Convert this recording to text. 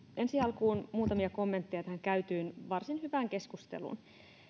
ensi alkuun muutamia kommentteja tähän käytyyn varsin hyvään keskusteluun